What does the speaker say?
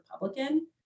Republican